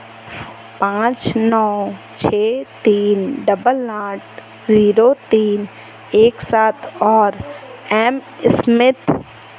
पाँच नौ छः तीन डबल आठ ज़ीरो तीन एक सात और एम स्मिथ